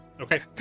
Okay